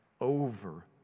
over